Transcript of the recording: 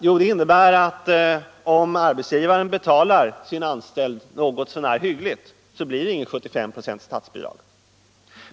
Jo, det betyder att om arbetsgivaren betalar sin anställde något så när hyggligt, blir det inga 75 96 i statsbidrag.